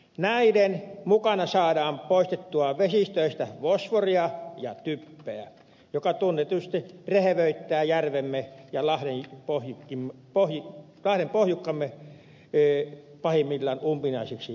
näiden mukana saadaan poistettua vesistöistä fosforia ja typpeä jotka tunnetusti rehevöittävät järvemme ja läheiset ohitin pahin kaivoon jukalle lahdenpohjukkamme pahimmillaan umpinaisiksi keitoksiksi